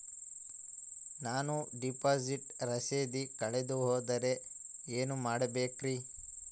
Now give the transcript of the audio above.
ನಾನು ಡಿಪಾಸಿಟ್ ರಸೇದಿ ಕಳೆದುಹೋದರೆ ಏನು ಮಾಡಬೇಕ್ರಿ?